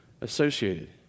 associated